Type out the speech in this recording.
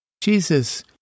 Jesus